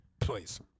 please